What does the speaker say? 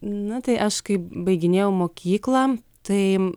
na tai aš kai baiginėjau mokyklą tai